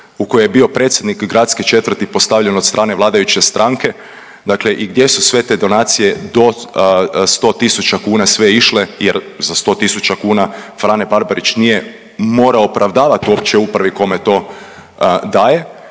u kojoj je bio predsjednik gradske četvrti postavljen od strane vladajuće stranke, dakle i gdje su sve te donacije do 100.000 kuna sve išle jer za 100.000 kuna Frane Barbarić nije morao opravdavat uopće upravi kome to daje.